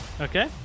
Okay